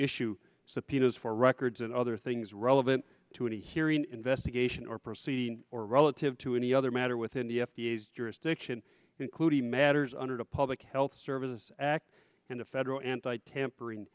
issue subpoenas for records and other things relevant to a hearing investigation or proceed or relative to any other matter within the f d a has jurisdiction including matters under the public health service act and the federal anti tampering